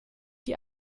die